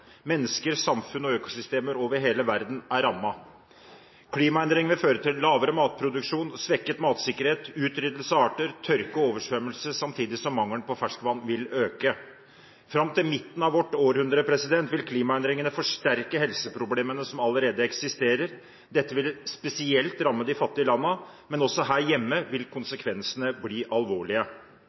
Mennesker, samfunn og økosystemer over hele verden er rammet. Klimaendringene fører til lavere matproduksjon, svekket matsikkerhet, utryddelse av arter, tørke og oversvømmelse, samtidig som mangelen på ferskvann vil øke. Fram til midten av vårt århundre vil klimaendringene forsterke helseproblemene som allerede eksisterer. Dette vil spesielt ramme de fattige landene, men også her hjemme vil konsekvensene bli alvorlige.